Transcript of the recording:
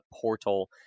portal